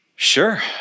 Sure